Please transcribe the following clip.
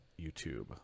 YouTube